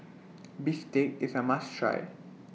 Bistake IS A must Try